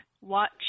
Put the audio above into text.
watch